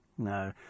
No